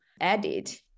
edit